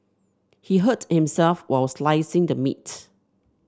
he hurt himself while slicing the meat